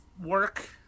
work